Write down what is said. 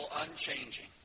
unchanging